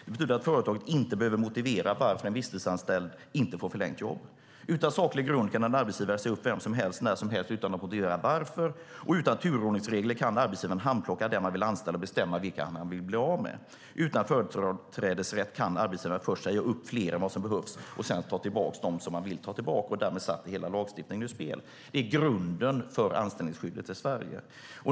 Det betyder att företaget inte behöver motivera varför en visstidsanställd inte får förlängt jobb. Utan saklig grund kan en arbetsgivare säga upp vem som helst när som helst utan att motivera varför. Utan turordningsregler kan arbetsgivaren handplocka den han vill anställa och bestämma vilka han vill bli av med. Utan företrädesrätt kan arbetsgivaren först säga upp fler än som behövs och sedan ta tillbaka dem han vill ta tillbaka. Därmed sätts hela lagstiftningen ur spel. De här delarna är grunden för anställningsskyddet i Sverige.